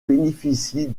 bénéficie